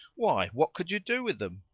why, what could you do with them?